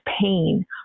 pain